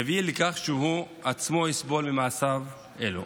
יביא לכך שהוא עצמו יסבול ממעשיו אלה.